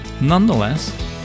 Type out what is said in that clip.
Nonetheless